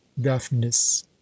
daphnis